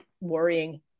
worrying